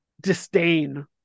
disdain